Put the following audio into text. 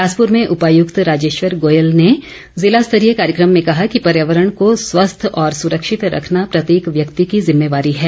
बिलासपुर में उपायुक्त राजेश्वर गोयल ने जिला स्तरीय कार्यक्रम में कहा कि पर्यावरण को स्वस्थ और सुरक्षित रखना प्रत्येक व्यक्ति की जिम्मेवारी है